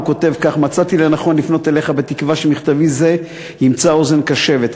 והוא כותב כך: מצאתי לנכון לפנות אליך בתקווה שמכתבי זה ימצא אוזן קשבת,